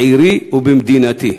בעירי ובמדינתי.